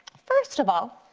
first of all,